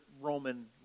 Roman